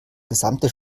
gesamte